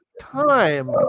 time